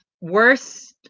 Worse